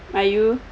are you